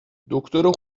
دکتر